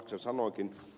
laxell sanoikin